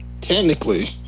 technically